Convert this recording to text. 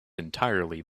entirely